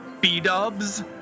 B-dubs